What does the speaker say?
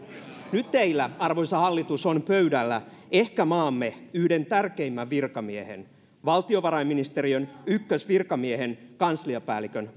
nyt teillä arvoisa hallitus on pöydällä ehkä maamme yhden tärkeimmän virkamiehen valtiovarainministeriön ykkösvirkamiehen kansliapäällikön